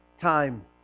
time